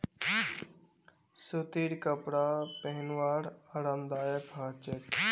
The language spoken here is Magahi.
सूतीर कपरा पिहनवार आरामदायक ह छेक